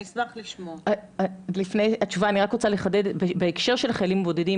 אני רוצה לחדד בהקשר של החיילים הבודדים,